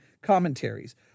commentaries